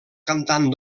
cantant